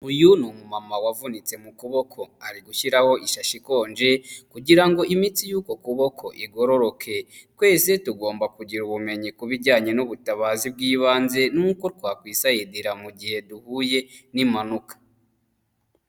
Uyu ni umumama wavunitse mu kuboko, ari gushyiraho ishyashya ikonje kugira ngo imitsi y'uko kuboko igororoke, twese tugomba kugira ubumenyi ku bijyanye n'ubutabazi bw'ibanze n'uko twakwisayidira mu gihe duhuye n'impanuka.